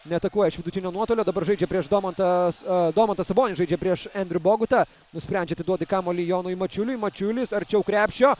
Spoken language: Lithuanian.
neatakuoja iš vidutinio nuotolio dabar žaidžiu prieš domantą a domantas sabonis žaidžia prieš endriu bogutą nusprendžia atiduoti kamuolį jonui mačiuliui mačiulis arčiau krepšio